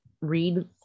read